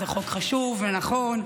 זה חוק חשוב ונכון,